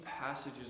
passages